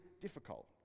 difficult